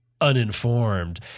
uninformed